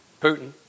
Putin